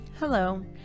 Hello